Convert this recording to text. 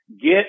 get